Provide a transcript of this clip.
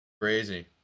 crazy